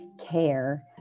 care